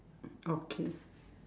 okay